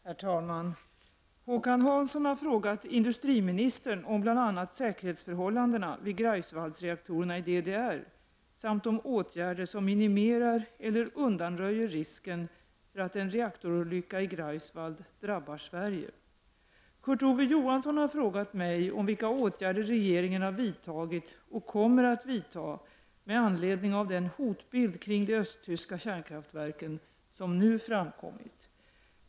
Herr talman! Håkan Hansson har frågat industriministern om bl.a. säkerhetsförhållandena vid Greifswaldreaktorerna i DDR samt om åtgärder som minimerar eller undanröjer risken för att en reaktorolycka i Greifswald drabbar Sverige. Kurt Ove Johansson har frågat mig om vilka åtgärder regeringen har vidtagit och kommer att vidtaga med anledning av den hotbild kring de östtyska kärnkraftverken som nu framkommit.